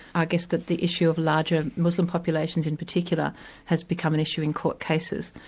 i guess that the issue of larger muslim populations in particular has become an issue in court cases.